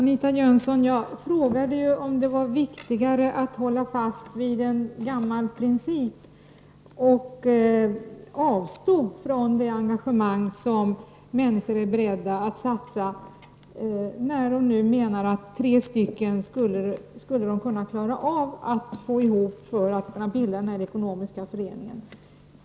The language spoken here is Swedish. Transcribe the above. Herr talman! Jag frågade om det var viktigare att hålla fast vid en gammal princip, Anita Jönsson, och avstå från det engagemang som människor är beredda att satsa när de menar att tre medlemmar skulle de kunna klara att få ihop för att kunna bilda en ekonomisk förening.